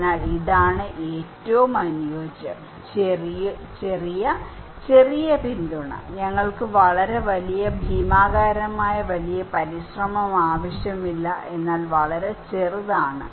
അതിനാൽ ഇതാണ് ഏറ്റവും അനുയോജ്യം ചെറിയ ചെറിയ പിന്തുണ ഞങ്ങൾക്ക് വളരെ ഭീമാകാരമായ വലിയ പരിശ്രമം ആവശ്യമില്ല എന്നാൽ വളരെ ചെറുതാണ്